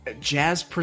Jazz